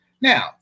Now